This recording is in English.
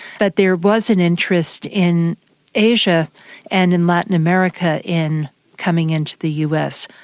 but there was an interest in asia and in latin america in coming into the us.